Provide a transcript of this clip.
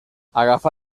agafa